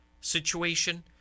situation